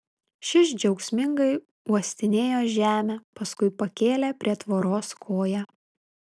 šis džiaugsmingai uostinėjo žemę paskui pakėlė prie tvoros koją